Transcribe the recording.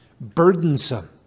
Burdensome